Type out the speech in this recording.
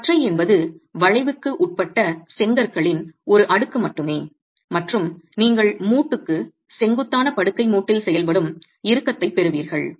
ஒரு கற்றை என்பது வளைவுக்கு உட்பட்ட செங்கற்களின் ஒரு அடுக்கு மட்டுமே மற்றும் நீங்கள் மூட்டுக்கு செங்குத்தான படுக்கை மூட்டில் செயல்படும் இறுக்கத்தைப் பெறுவீர்கள்